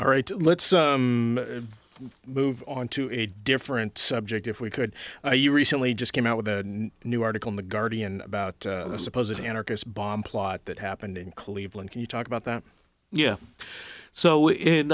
all right let's move on to a different subject if we could you recently just came out with a new article in the guardian about a supposedly anarchist bomb plot that happened in cleveland can you talk about that yeah so in